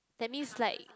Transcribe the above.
that means like